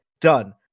done